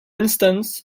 instance